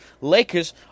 Lakers